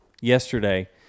yesterday